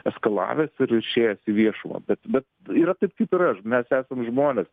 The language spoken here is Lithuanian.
eskalavęs ir išėjęs į viešumą bet bet yra taip kaip yra mes esam žmonės